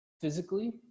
physically